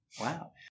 Wow